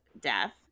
death